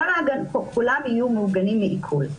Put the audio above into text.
כולם יהיו מוגנים מעיקול.